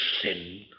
sin